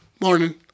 Morning